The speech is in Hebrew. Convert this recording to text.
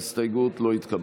ההסתייגות לא התקבלה.